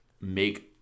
make